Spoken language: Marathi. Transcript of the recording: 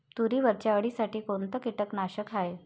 तुरीवरच्या अळीसाठी कोनतं कीटकनाशक हाये?